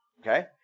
Okay